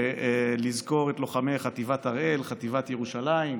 לזכור את לוחמי חטיבת הראל, חטיבת ירושלים,